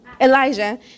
Elijah